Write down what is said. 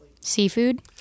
Seafood